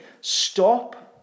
stop